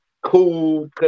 cool